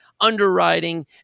underwriting